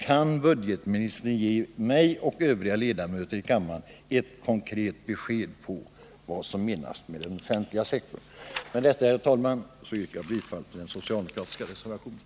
Kan budgetministern ge mig och övriga ledamöter i kammaren ett konkret besked om vad som menas med den offentliga sektorn? Herr talman! Med detta yrkar jag bifall till den socialdemokratiska reservationen.